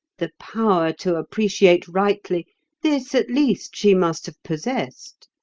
the power to appreciate rightly this, at least, she must have possessed.